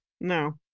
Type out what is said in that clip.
No